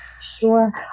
Sure